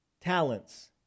talents